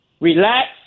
relax